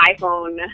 iPhone